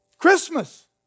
Christmas